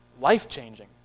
life-changing